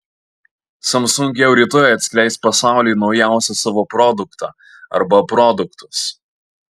samsung jau rytoj atskleis pasauliui naujausią savo produktą arba produktus